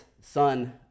son